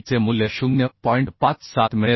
चे मूल्य 0 मिळेल